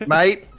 Mate